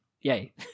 Yay